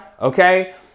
Okay